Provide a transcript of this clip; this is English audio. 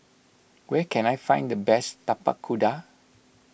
where can I find the best Tapak Kuda